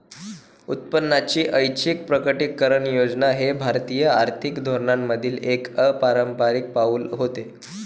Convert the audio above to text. उत्पन्नाची ऐच्छिक प्रकटीकरण योजना हे भारतीय आर्थिक धोरणांमधील एक अपारंपारिक पाऊल होते